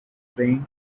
bem